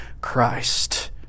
Christ